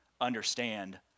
understand